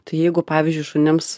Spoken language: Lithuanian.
tai jeigu pavyzdžiui šunims